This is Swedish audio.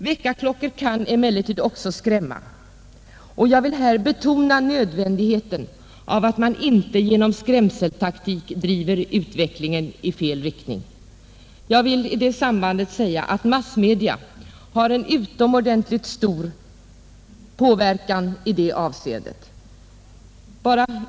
Väckarklockor kan emellertid också skrämma, och jag vill här betona nödvändigheten av att man inte genom skrämseltaktik driver utvecklingen i fel riktning. Massmedia har i det avseendet utomordentligt stora möjligheter att påverka.